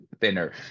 thinner